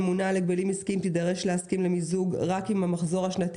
הממונה על ההגבלים העסקיים תסכים למיזוג רק אם המחזור השנתי